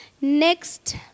next